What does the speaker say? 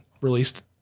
released